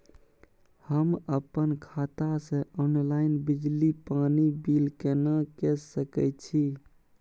हम अपन खाता से ऑनलाइन बिजली पानी बिल केना के सकै छी?